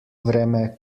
vreme